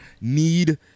need